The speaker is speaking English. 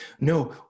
No